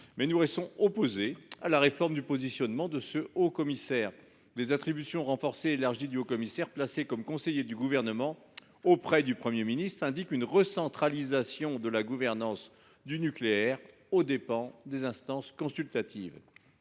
nous restons opposés à la réforme du positionnement de cette autorité. Les attributions renforcées du haut commissaire, placé comme conseiller du Gouvernement auprès du Premier ministre, signent une recentralisation de la gouvernance du nucléaire, aux dépens des instances consultatives.